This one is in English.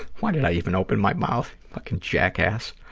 why did i even open my mouth? fucking jackass.